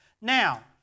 Now